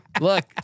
Look